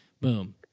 boom